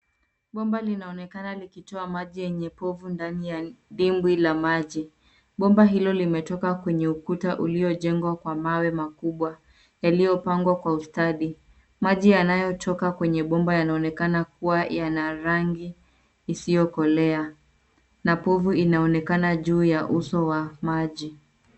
Bomba linaonekana likitoa maji yenye povu ndani ya dimbwi la maji. Bomba hilo limetoka kwenye ukuta uliojengwa kwa mawe makubwa yaliyopangwa kwa ustadi. Maji yanayotoka kwenye bomba yanaonekana kuwa yana rangi isiyokolea na povu inaonekana juu ya uso wa maji.